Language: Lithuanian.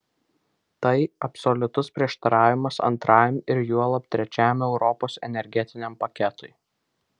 tai absoliutus prieštaravimas antrajam ir juolab trečiajam europos energetiniam paketui